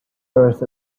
earth